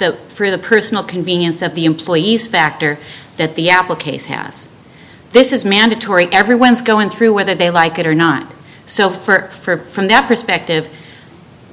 to for the personal convenience of the employees factor that the apple case has this is mandatory everyone's going through whether they like it or not so for from that perspective